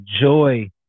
joy